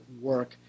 work